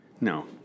no